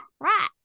Right